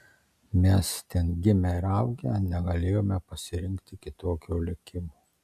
mes ten gimę ir augę negalėjome pasirinkti kitokio likimo